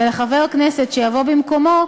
ולחבר הכנסת שיבוא במקומו,